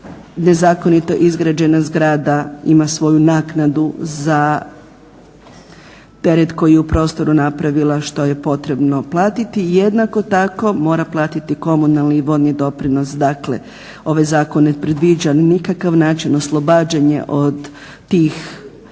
nezakonito izgrađena zgrada ima svoju naknadu za teret koji je u prostoru napravila što je potrebno platiti. Jednako tako mora platiti komunalni i vodni doprinos dakle ovaj zakon ne predviđa nikakav način oslobađanja od tih